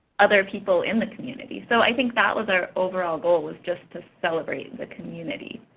other people in the community. so i think that was our overall goal was just to celebrate the community.